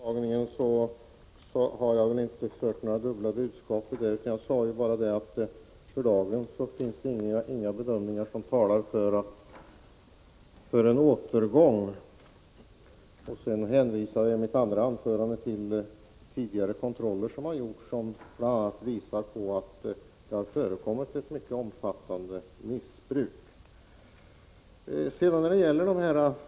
Herr talman! Jag har inte fört fram några dubbla budskap om hemtagningen. Jag sade bara att det för dagen inte finns några bedömningar som talar för en återgång. Sedan hänvisade jag i mitt andra anförande till tidigare kontroller som har gjorts, vilka bl.a. visar att det har förekommit ett mycket omfattande missbruk.